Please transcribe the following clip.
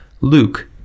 Luke